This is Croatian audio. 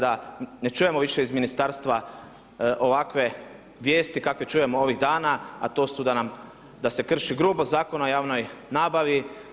Dakle, da ne čujemo više iz Ministarstva ovakve vijesti kakve čujemo ovih dana, a to su da se krši grubo Zakon o javnoj nabavi.